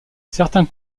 certains